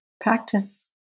practice